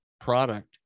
product